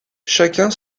chacun